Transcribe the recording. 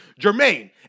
Jermaine